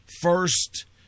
first